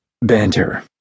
banter